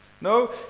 No